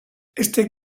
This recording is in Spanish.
este